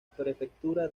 prefectura